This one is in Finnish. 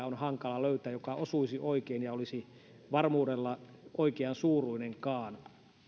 on hankala löytää täydellistä kompensointimallia joka osuisi oikein ja olisi varmuudella oikeansuuruinenkaan